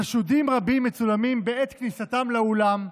חשודים רבים מצולמים בעת כניסתם לאולם.